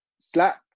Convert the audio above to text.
slap